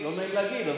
לא נעים להגיד,